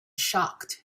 shocked